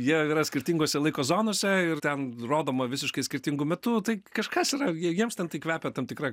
jie yra skirtingose laiko zonose ir ten rodoma visiškai skirtingu metu tai kažkas yra jie jiems tai kvepia tam tikra